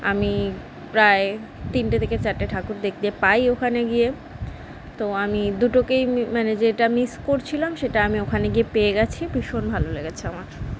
আমি প্রায় তিনটে থেকে চারটে ঠাকুর দেখতে পাই ওখানে গিয়ে তো আমি দুটোকেই মি মানে যেটা মিস করছিলাম সেটা আমি ওখানে গিয়ে পেয়ে গেছি ভীষণ ভালো লেগেছে আমার